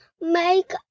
make